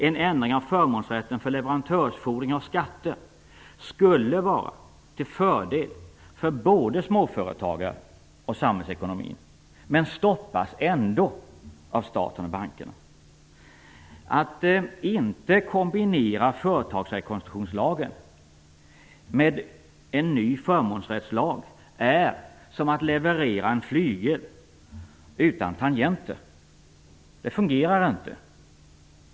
En ändring av förmånsrätten för leverantörsfordringar och skatter skulle vara till fördel för både småföretagare och samhällsekonomin, men stoppas ändå av staten och bankerna. Att inte kombinera företagsrekonstruktionslagen med en ny förmånsrättslag är som att leverera en flygel utan tangenter. Det fungerar inte.